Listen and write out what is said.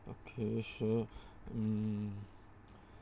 okay sure um